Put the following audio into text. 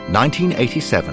1987